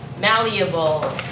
malleable